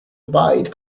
abide